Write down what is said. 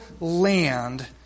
land